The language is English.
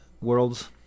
worlds